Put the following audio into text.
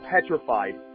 petrified